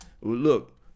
Look